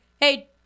hey